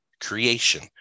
creation